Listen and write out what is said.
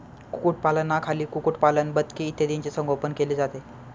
कुक्कुटपालनाखाली कुक्कुटपालन, बदके इत्यादींचे संगोपन केले जाते